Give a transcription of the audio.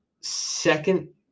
second